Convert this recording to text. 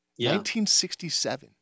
1967